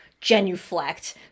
Genuflect